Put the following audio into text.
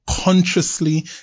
consciously